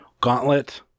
Gauntlet